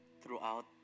throughout